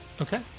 Okay